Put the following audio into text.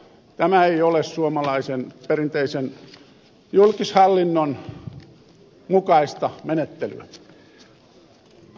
tämä ei ole perinteisen suomalaisen julkishallinnon mukaista menettelyä